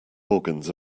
organs